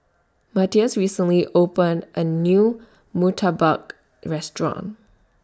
Matthias recently opened A New Murtabak Restaurant